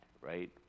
right